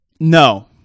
No